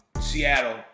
Seattle